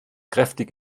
kräftig